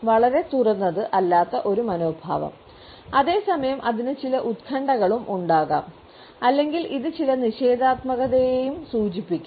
വളരെ തുറന്നത് അല്ലാത്ത ഒരു മനോഭാവം അതേ സമയം അതിന് ചില ഉത്കണ്ഠകളും ഉണ്ടാകാം അല്ലെങ്കിൽ ഇത് ചില നിഷേധാത്മകതയെയും സൂചിപ്പിക്കാം